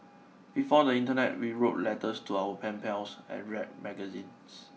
before the internet we wrote letters to our pen pals and read magazines